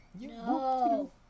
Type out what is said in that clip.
No